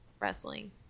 wrestling